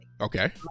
Okay